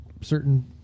certain